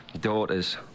daughters